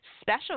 special